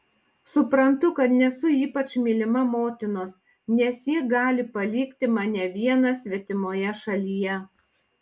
suprantu kad nesu ypač mylima motinos nes ji gali palikti mane vieną svetimoje šalyje